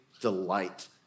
delight